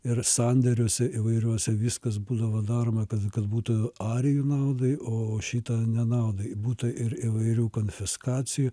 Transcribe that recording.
ir sandėriuose įvairiose viskas būdavo daroma kas kad būtų arijų naudai o šita nenaudai būta ir įvairių konfiskacijų